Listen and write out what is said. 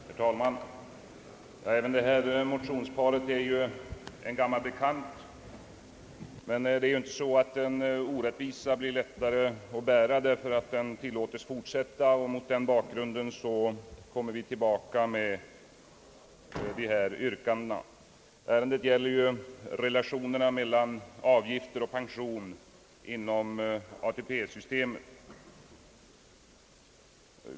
Herr talman! Även detta motionspar är en gammal bekant, men en orättvisa blir ju inte lättare att bära därför att den tillåts fortsätta. Mot den bakgrunden kommer vi tillbaka med dessa yrkanden. Ärendet gäller relationerna mellan avgifter och pension inom ATP-systemet.